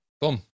Boom